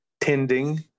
tending